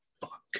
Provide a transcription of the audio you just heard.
fuck